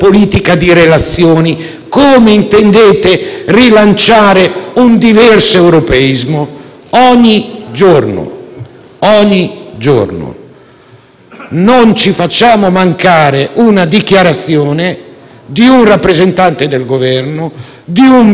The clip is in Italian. Ogni giorno, non ci facciamo mancare la dichiarazione di un rappresentante del Governo o di un Vice Presidente del Consiglio che mette in discussione quanto lei ha detto in